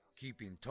keeping